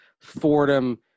Fordham